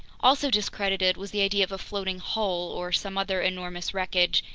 also discredited was the idea of a floating hull or some other enormous wreckage,